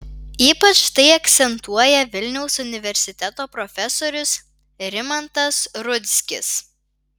ypač tai akcentuoja vilniaus universiteto profesorius rimantas rudzkis